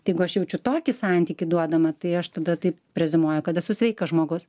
jeigu aš jaučiu tokį santykį duodama tai aš tada taip preziumuoja kad esu sveikas žmogus